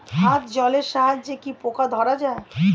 হাত জলের সাহায্যে কি পোকা ধরা যায়?